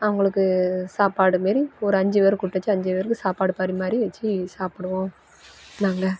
அவங்களுக்கு சாப்பாடு மாரி ஒரு அஞ்சு பேர் கூப்பிட்டு வச்சு அஞ்சு பேருக்கும் சாப்பாடு பரிமாறி வச்சு சாப்பிடுவோம் நாங்கள்